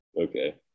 okay